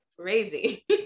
crazy